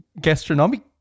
gastronomic –